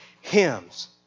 hymns